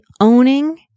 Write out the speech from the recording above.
owning